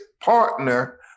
partner